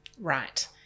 right